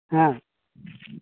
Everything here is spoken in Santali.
ᱦᱮᱸ